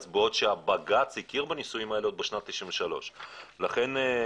בעוד שבג"צ הכיר בנישואים האלה עוד בשנת 93'. לכן,